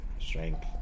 Strength